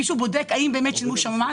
מישהו בודק האם באמת שילמו שם מס?